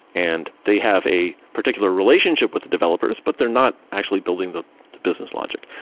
and they have a particular relationship with the developers, but they're not actually building the the business logic.